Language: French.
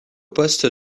poste